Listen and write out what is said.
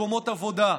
מקומות עבודה,